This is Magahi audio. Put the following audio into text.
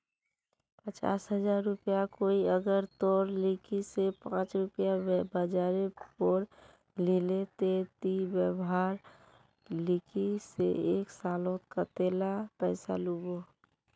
पचास हजार रुपया कोई अगर तोर लिकी से पाँच रुपया ब्याजेर पोर लीले ते ती वहार लिकी से एक सालोत कतेला पैसा लुबो?